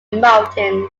mountains